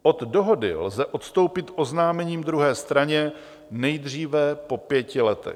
Od dohody lze odstoupit oznámením druhé straně nejdříve po pěti letech.